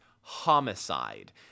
homicide